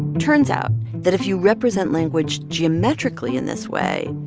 turns out that if you represent language geometrically in this way,